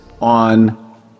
on